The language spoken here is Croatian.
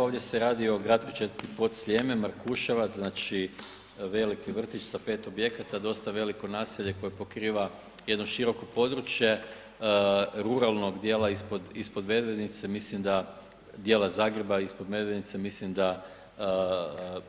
Ovdje se radi o gradskoj četvrti Podsljeme-Markuševac, znači veliki vrtić sa 5 objekata, dosta veliko naselje koje pokriva jedno široko područje ruralnog dijela ispod Medvednice, mislim da, dijela Zagreba ispod Medvednice, mislim da